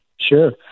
Sure